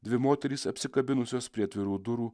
dvi moterys apsikabinusios prie atvirų durų